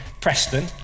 Preston